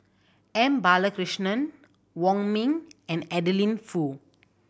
M Balakrishnan Wong Ming and Adeline Foo